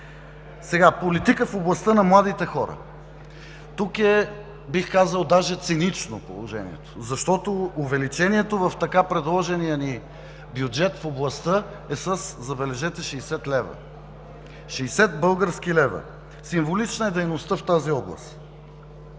обекти. Политика в областта на младите хора: тук е, бих казал, даже цинично положението, защото увеличението в така предложения ни бюджет в областта е с, забележете, 60 лв., 60 български лева! Символична е дейността в тази област.